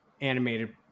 animated